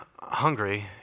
hungry